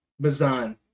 Bazan